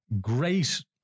great